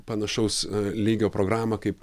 panašaus lygio programą kaip